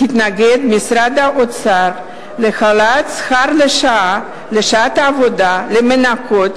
התנגד משרד האוצר להעלאת שכר לשעת עבודה למנקות,